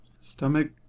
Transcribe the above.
stomach